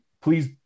please